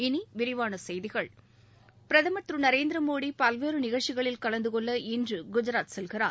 இனி விரிவான செய்திகள் பிரதமர் திரு நரேந்திர மோடி பல்வேறு நிகழ்ச்சிகளில் கலந்தகொள்ள இன்று குஜராத் செல்கிறார்